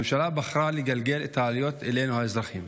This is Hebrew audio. הממשלה בחרה לגלגל את העלויות אלינו, האזרחים.